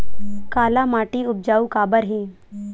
काला माटी उपजाऊ काबर हे?